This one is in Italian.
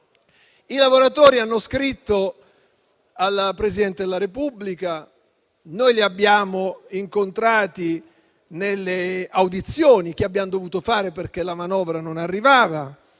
I lavoratori hanno scritto al Presidente della Repubblica. Noi li abbiamo incontrati nelle audizioni che abbiamo dovuto fare perché la manovra non arrivava.